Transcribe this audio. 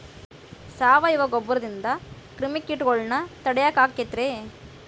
ಸಾವಯವ ಗೊಬ್ಬರದಿಂದ ಕ್ರಿಮಿಕೇಟಗೊಳ್ನ ತಡಿಯಾಕ ಆಕ್ಕೆತಿ ರೇ?